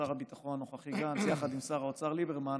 שר הביטחון הנוכחי גנץ ושר האוצר ליברמן